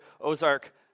Ozark